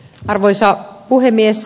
arvoisa puhemies